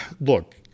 Look